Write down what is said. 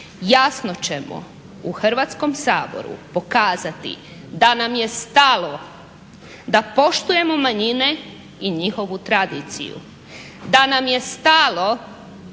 jasno ćemo u Hrvatskom saboru pokazati da nam je stalo da poštujemo manjine i njihovu tradiciju, da nam je stalo